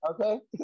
Okay